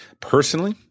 Personally